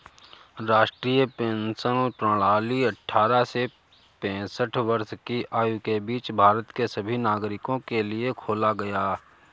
राष्ट्रीय पेंशन प्रणाली अट्ठारह से पेंसठ वर्ष की आयु के बीच भारत के सभी नागरिकों के लिए खोला गया